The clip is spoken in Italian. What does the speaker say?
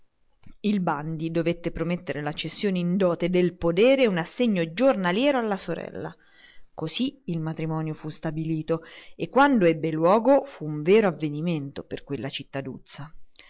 il bandi dovette promettere la cessione in dote del podere e un assegno giornaliero alla sorella così il matrimonio fu stabilito e quando ebbe luogo fu un vero avvenimento per quella